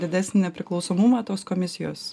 didesnį nepriklausomumą tos komisijos